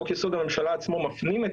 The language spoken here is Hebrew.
חוק יסוד: הממשלה עצמו מפנים,